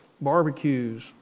Barbecues